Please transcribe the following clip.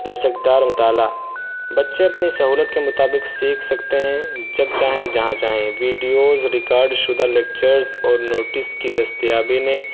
لچک دار مطالعہ بچے اپنی سہولت کے مطابق سیکھ سکتے ہیں جب چاہیں جہاں چاہیں ویڈیوز ریکارڈ شدہ لیکچرز اور نوٹس کی دستیابی نے